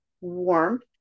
warmth